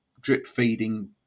drip-feeding